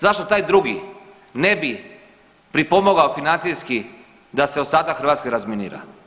Zašto taj drugi ne bi pripomogao financijski da se ostatak Hrvatske razminira?